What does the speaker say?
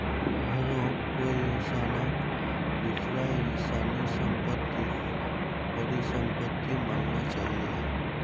घरौंक कोई इंसानक दूसरा इंसानेर सम्पत्तिक परिसम्पत्ति मानना चाहिये